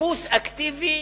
חיפוש אקטיבי